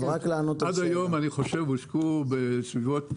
עד היום הושקעו בסביבות